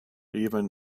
even